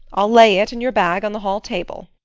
i'll lay it and your bag on the hall table.